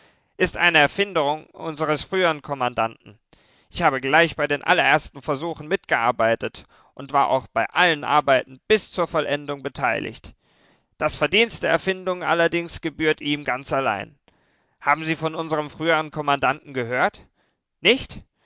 ist eine erfindung unseres früheren kommandanten ich habe gleich bei den allerersten versuchen mitgearbeitet und war auch bei allen arbeiten bis zur vollendung beteiligt das verdienst der erfindung allerdings gebührt ihm ganz allein haben sie von unserem früheren kommandanten gehört nicht